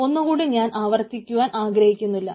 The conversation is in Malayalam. ഒന്നു കൂടി ഞാൻ ആവർത്തിക്കുവാൻ ആഗ്രഹിക്കുന്നില്ല